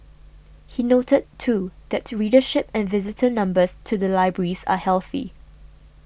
he noted too that readership and visitor numbers to the libraries are healthy